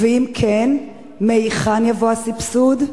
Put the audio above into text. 2. אם כן, מהיכן יבוא הסבסוד?